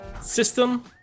system